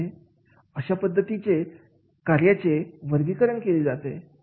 अशा पद्धतीने आर्यांचे वर्गीकरण केले जाते